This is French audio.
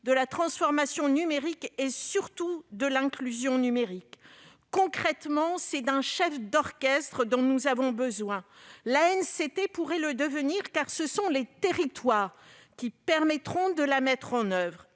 de la transformation numérique et surtout de l'inclusion numérique. Concrètement, c'est d'un chef d'orchestre que nous avons besoin. L'ANCT pourrait jouer ce rôle, car ce sont les territoires qui permettront de mettre en oeuvre